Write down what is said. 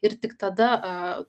ir tik tada